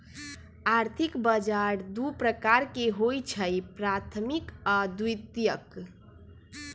आर्थिक बजार दू प्रकार के होइ छइ प्राथमिक आऽ द्वितीयक